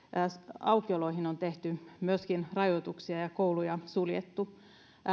aukioloihin on tehty myöskin rajoituksia ja kouluja suljettu